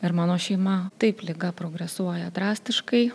ir mano šeima taip liga progresuoja drastiškai